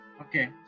okay